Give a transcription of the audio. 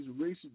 racist